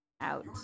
out